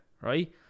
right